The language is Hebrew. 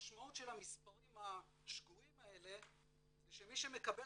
המשמעות של המספרים שהשגויים האלה זה שמי שמקבל